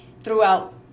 throughout